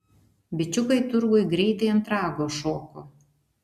bičiukai turguj greitai ant rago šoko